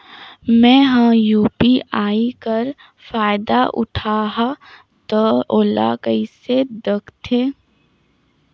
मैं ह यू.पी.आई कर फायदा उठाहा ता ओला कइसे दखथे?